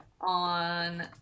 on